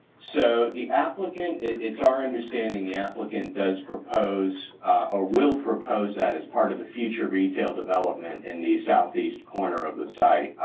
so the applicant, it's our understanding the applicant does propose or will propose that as part of the future retail development in the southeast corner of the site,